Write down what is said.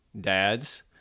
dads